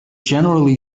generally